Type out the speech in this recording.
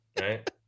Right